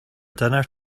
dinner